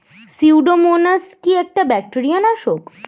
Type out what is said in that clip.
Pseudomonas কি একটা bacteria নাশক?